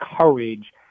courage